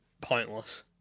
pointless